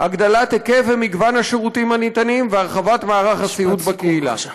הגדלת היקף ומגוון השירותים הניתנים והרחבת מערך הסיעוד בקהילה.